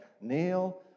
Neil